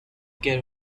care